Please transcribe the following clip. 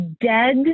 dead